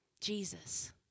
Jesus